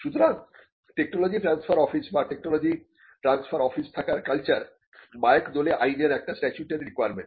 সুতরাং technology transfer office বা technology transfer office থাকার কালচার বায়খ দোলে আইনের একটি স্টাটিউটরি রিকোয়ারমেন্ট